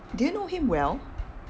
do you know him well